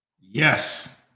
Yes